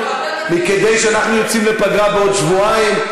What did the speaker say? אנחנו יוצאים לפגרה בעוד שבועיים,